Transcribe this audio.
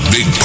Big